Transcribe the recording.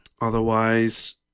Otherwise